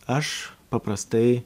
aš paprastai